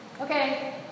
Okay